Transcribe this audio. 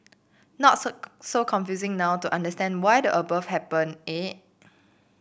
not so so confusing now to understand why the above happened eh